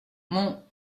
mon